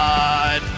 God